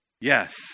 yes